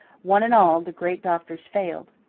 one and all, the great doctors failed.